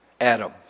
Adam